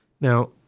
Now